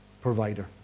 provider